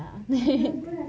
ya